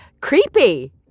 creepy